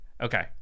Okay